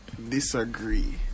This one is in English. disagree